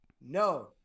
No